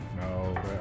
No